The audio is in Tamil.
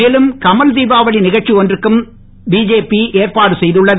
மேலும் கமல் தீபாவளி நிகழ்ச்சி ஒன்றுக்கும் பிஜேபி ஏற்பாடு செய்துள்ளது